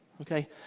Okay